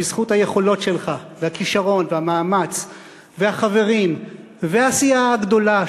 בזכות היכולות שלך והכישרון והמאמץ והחברים והסיעה הגדולה,